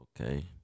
Okay